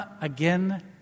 again